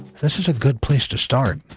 this is a good place to start,